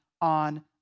on